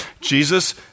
jesus